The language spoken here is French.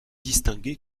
distinguer